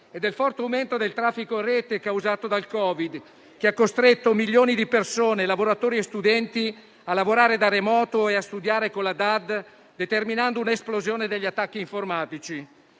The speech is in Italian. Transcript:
e del forte aumento del traffico in Rete causato dal Covid, che ha costretto milioni di persone, lavoratori e studenti a lavorare da remoto e a studiare con la didattica a distanza (DAD), determinando un'esplosione degli attacchi informatici.